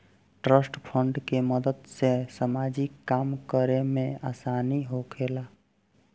trust fund के मदद से सामाजिक काम करे में आसानी होखेला